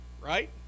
right